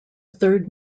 third